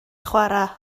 chwarae